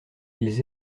ils